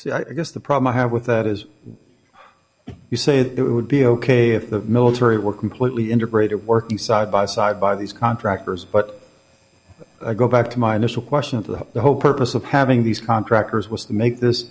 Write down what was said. well i guess the problem i have with that is you say that it would be ok if the military were completely integrated working side by side by these contractors but i go back to my initial question of the whole purpose of having these contractors was to make this